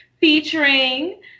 featuring